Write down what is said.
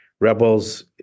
rebels